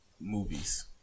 movies